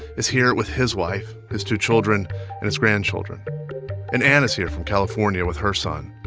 is here with his wife, his two children and his grandchildren and anne is here from california with her son.